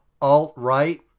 alt-right